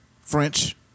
French